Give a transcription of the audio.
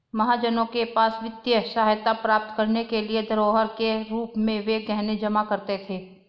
महाजनों के पास वित्तीय सहायता प्राप्त करने के लिए धरोहर के रूप में वे गहने जमा करते थे